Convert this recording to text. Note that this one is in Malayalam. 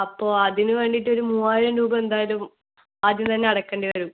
അപ്പോൾ അതിന് വേണ്ടീട്ടൊരു മൂവായിരം രൂപ എന്തായലും ആദ്യം തന്നെ അടയ്ക്കണ്ടി വരും